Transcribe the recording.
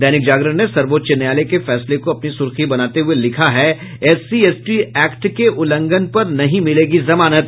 दैनिक जागरण ने सर्वोच्च न्यायालय के फैसले को अपनी सुर्खी बनाते हुए लिखा है एससी एसटी एक्ट के उल्लंघन पर नहीं मिलेगी जमानत